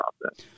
process